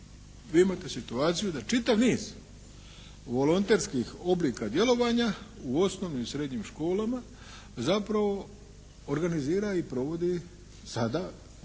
Vi imate situaciju da čitav niz volonterskih oblika djelovanja u osnovnim i srednjim školama zapravo organizira i provodi sada po